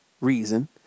reason